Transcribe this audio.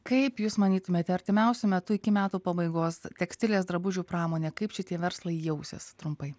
kaip jūs manytumėte artimiausiu metu iki metų pabaigos tekstilės drabužių pramonė kaip šitie verslai jausis trumpai